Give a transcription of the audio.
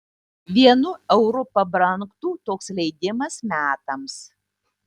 vienu euru pabrangtų toks leidimas metams